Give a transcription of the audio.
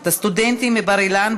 את הסטודנטים מבר-אילן,